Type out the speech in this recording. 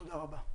תודה רבה.